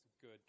good